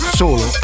solo